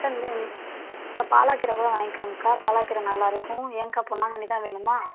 அக்கா இந்த இந்த பாலாக் கீரை கூட வாங்கிக்கோங்கக்கா பாலாக் கீரை நல்லா இருக்கும் ஏன்க்கா பொன்னாங்கன்னி தான் வேணுமா